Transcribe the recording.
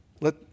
Let